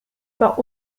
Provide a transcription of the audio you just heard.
par